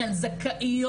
שהן זכאיות.